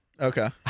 Okay